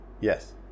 yes